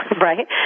right